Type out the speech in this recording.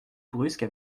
brusque